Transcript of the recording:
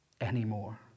anymore